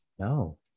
No